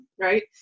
right